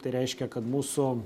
tai reiškia kad mūsų